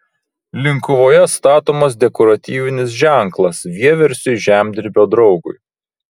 linkuvoje statomas dekoratyvinis ženklas vieversiui žemdirbio draugui